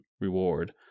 reward